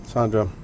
Sandra